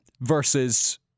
versus